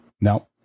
No